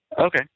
Okay